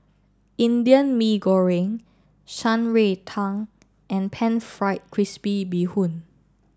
Indian Mee Goreng Shan Rui Tang and Pan Fried Crispy Bee Hoon